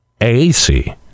ac